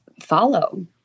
follow